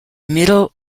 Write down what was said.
middle